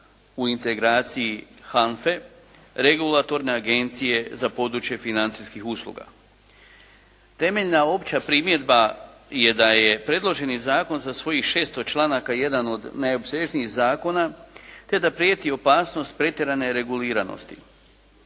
u integraciji HANFA-e, regulatorne agencije za područje financijskih usluga. Temeljna opće primjedba je da je predloženi zakon sa svojih 600 članaka jedan od najopsežnijih zakona te da prijeti opasnost pretjerane reguliranosti.